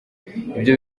ibyo